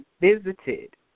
visited